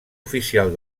oficial